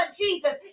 Jesus